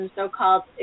so-called